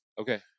Okay